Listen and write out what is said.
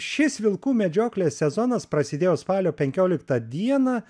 šis vilkų medžioklės sezonas prasidėjo spalio penkioliktą dieną